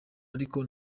ariko